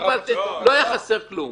לא היה חסר כלום.